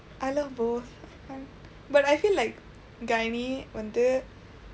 I love both but I feel like gynae வந்து:vandthu